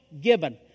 given